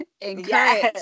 Encourage